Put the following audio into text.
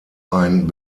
ein